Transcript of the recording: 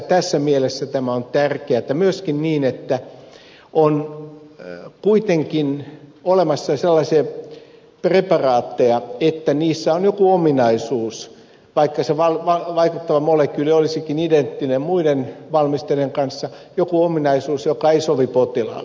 tässä mielessä tämä on tärkeää ja myöskin niin että on kuitenkin olemassa sellaisia preparaatteja että niissä on joku ominaisuus vaikka se vaikuttava molekyyli olisikin identtinen muiden valmisteiden kanssa joka ei sovi potilaalle